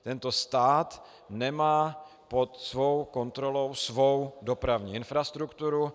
Tento stát nemá pod kontrolou svou dopravní infrastrukturu.